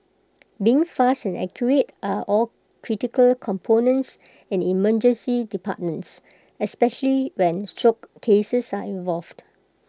being fast and accurate are all critical components in emergency departments especially when stroke cases are involved